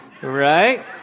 right